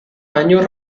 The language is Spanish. año